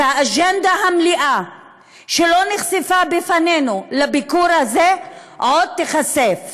שהאג'נדה המלאה שלא נחשפה בפנינו לביקור הזה עוד תיחשף,